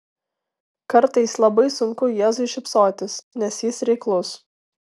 kartais labai sunku jėzui šypsotis nes jis reiklus